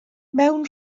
mewn